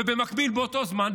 ובמקביל באותו זמן,